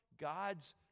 god's